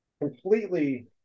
completely